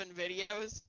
videos